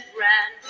ran